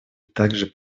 также